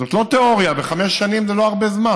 זאת לא תיאוריה, וחמש שנים זה לא הרבה זמן.